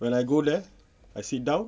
when I go there I sit down